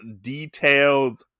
detailed